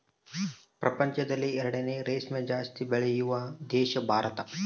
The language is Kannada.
ಪ್ರಪಂಚದಲ್ಲಿ ಎರಡನೇ ರೇಷ್ಮೆ ಜಾಸ್ತಿ ಬೆಳೆಯುವ ದೇಶ ಭಾರತ